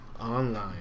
online